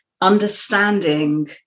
understanding